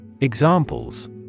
Examples